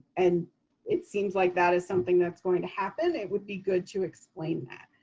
and it seems like that is something that's going to happen, it would be good to explain that.